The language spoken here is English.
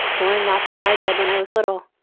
lauren, that's what i did when i was little.